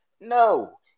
No